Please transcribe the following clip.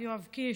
יואב קיש,